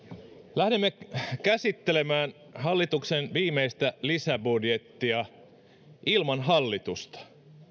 lähdemme käsittelemään hallituksen viimeistä lisäbudjettia ilman hallitusta